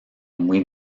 muy